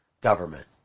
government